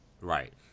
Right